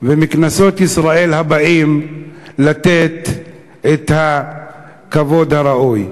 ומכנסות ישראל הבאות לתת את הכבוד הראוי.